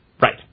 Right